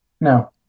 No